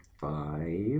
Five